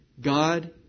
God